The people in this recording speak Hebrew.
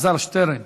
אלעזר שטרן,